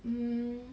mm